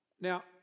Now